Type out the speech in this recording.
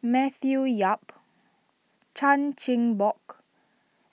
Matthew Yap Chan Chin Bock